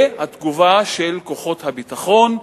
והתגובה של כוחות הביטחון,